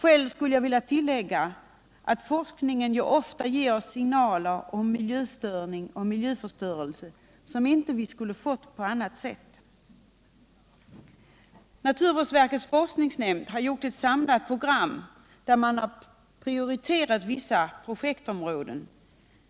Jag skulle vilja tillägga att forskningen ofta ger signaler om miljöstörning och miljöförstöring som vi inte skulle få på annat sätt. Naturvårdsverkets forskningsnämnd har gjort ett samlat program där man har prioriterat vissa projektområden.